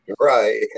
Right